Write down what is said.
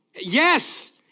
Yes